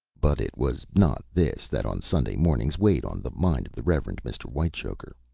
but it was not this that on sunday mornings weighed on the mind of the reverend mr. whitechoker.